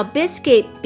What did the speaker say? Biscuit